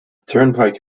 turnpike